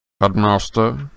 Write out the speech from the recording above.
Headmaster